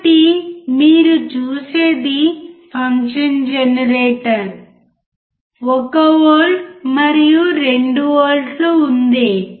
కాబట్టి మీరు చూసేది ఫంక్షన్ జనరేటర్ 1V మరియు 2V ఉంది